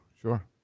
sure